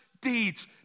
deeds